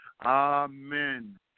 amen